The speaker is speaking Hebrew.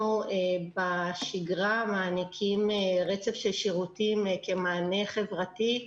אנחנו בשגרה מעניקים רצף של שירותים כמענה חברתי,